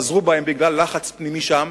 חזרו בהם בגלל לחץ פנימי שם,